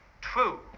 true